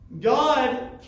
God